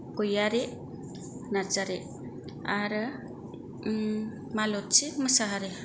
गयारी नार्जारी आरो मालथि मोसाहारी